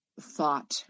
thought